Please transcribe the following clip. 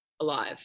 alive